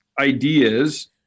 ideas